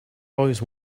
always